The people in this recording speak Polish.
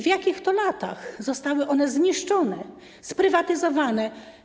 W jakich latach zostały one zniszczone, sprywatyzowane?